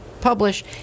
publish